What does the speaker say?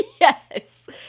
Yes